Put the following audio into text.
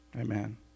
Amen